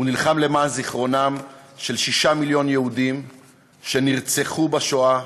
הוא נלחם למען זיכרונם של שישה מיליון יהודים שנרצחו בשואה.